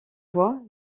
bois